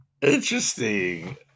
Interesting